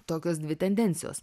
tokios dvi tendencijos